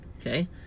okay